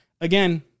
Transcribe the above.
Again